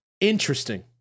interesting